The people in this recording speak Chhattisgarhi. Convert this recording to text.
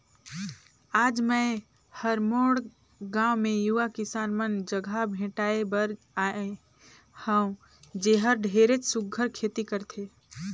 आज मैं हर मोर गांव मे यूवा किसान मन जघा भेंटाय बर आये हंव जेहर ढेरेच सुग्घर खेती करथे